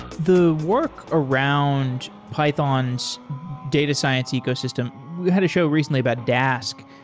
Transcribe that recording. the work around python's data science ecosystem we had a show recently about dask,